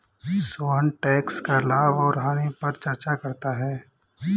Sohan tax का लाभ और हानि पर चर्चा करता है